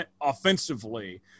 offensively